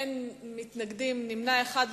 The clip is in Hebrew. אין מתנגדים, נמנע אחד.